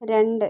രണ്ട്